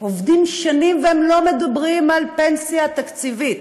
עובדים שנים, ולא מדברים על פנסיה תקציבית,